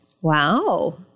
Wow